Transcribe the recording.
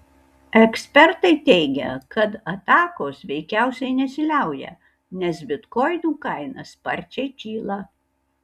ekspertai teigia kad atakos veikiausiai nesiliauja nes bitkoinų kaina sparčiai kyla